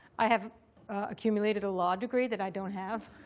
i have accumulated a law degree that i don't have.